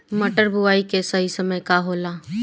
मटर बुआई के सही समय का होला?